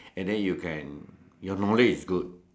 and then you can your knowledge is good